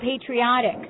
patriotic